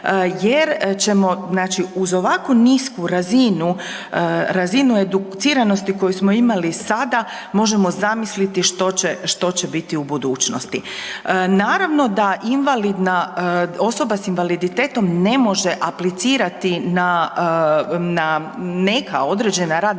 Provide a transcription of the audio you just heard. jer ćemo uz ovakvu nisku razinu educiranosti koju smo imali sada možemo zamisliti što će biti u budućnosti. Naravno da osobe s invaliditetom ne može aplicirati na neka određena radna